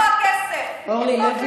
כי אתם בגדתם בהם והפקרתם אותם, מי?